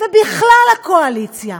ובכלל הקואליציה: